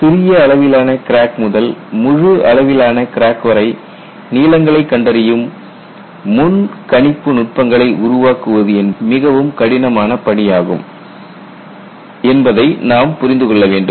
சிறிய அளவிலான கிராக் முதல் முழு அளவிலான கிராக் வரை நீளங்களை கண்டறியும் முன்கணிப்பு நுட்பங்களை உருவாக்குவது மிகவும் கடினமான பணியாகும் என்பதை நாம் புரிந்து கொள்ள வேண்டும்